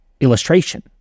illustration